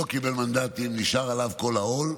הוא לא קיבל מנדטים ונשאר עליו כל העול.